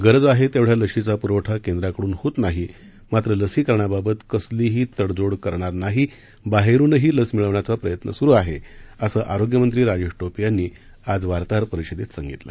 गरज आहे तेवढ्या लशीचा पुरवठा केंद्राकडून होत नाही मात्र लसीकरणाबाबत कसलीही तडजोड करणार नाही बाहेरूनही लस मिळवण्याचा प्रयत्न सुरु आहे असं आरोग्यमंत्री राजेश टोपे यांनी आज वार्ताहर परिषदेत सांगितलं